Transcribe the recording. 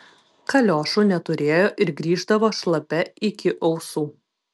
kaliošų neturėjo ir grįždavo šlapia iki ausų